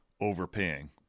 overpaying